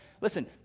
listen